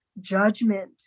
judgment